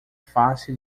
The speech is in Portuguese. face